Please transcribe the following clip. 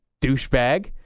douchebag